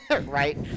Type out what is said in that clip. Right